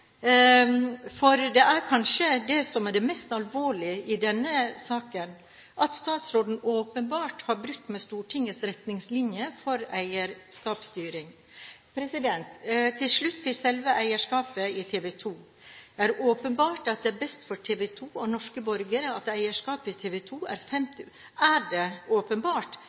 for det er kanskje det som er det mest alvorlige i denne saken: Statsråden har åpenbart har brutt med Stortingets retningslinjer for eierskapsstyring. Til slutt til selve eierskapet i TV 2. Er det åpenbart at det beste for TV 2 og norske borgere er at eierskapet i TV 2 er 50 pst. dansk, heller enn at det